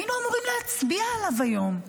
היינו אמורים להצביע עליו היום,